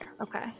okay